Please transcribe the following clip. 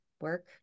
work